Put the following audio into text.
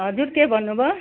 हजुर के भन्नु भयो